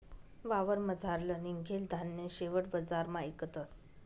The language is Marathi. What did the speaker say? वावरमझारलं निंघेल धान्य शेवट बजारमा इकतस